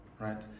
right